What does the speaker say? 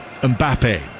Mbappe